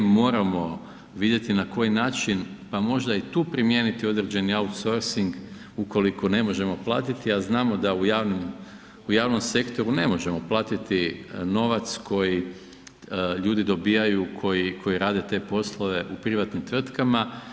Moramo vidjeti na koji način pa možda i tu primijeniti određeni outsourcing ukoliko ne možemo platiti, a znamo da u javnom sektoru ne možemo platiti novac koji ljudi dobivaju koji rade te poslove u privatnim tvrtkama.